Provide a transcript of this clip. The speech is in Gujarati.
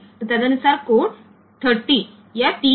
તેથી તે મુજબ કોડ 3 0 છે